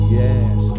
yes